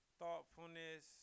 thoughtfulness